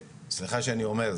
סליחה שאני אומר,